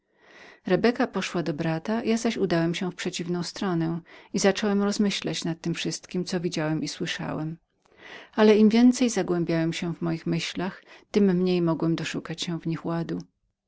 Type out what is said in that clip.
rebeka poszła do brata ja zaś udałem się w przeciwną stronę i zacząłem rozmyślać nad tem wszystkiem co widziałem i słyszałem ale im więcej zagłębiałem się w moich myślach tem mniej mogłem dojść w nich ładu